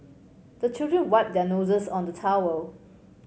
the children wipe their noses on the towel